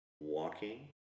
walking